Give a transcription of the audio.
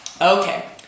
Okay